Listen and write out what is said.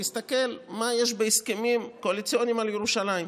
להסתכל מה יש בהסכמים הקואליציוניים על ירושלים.